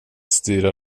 styra